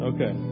Okay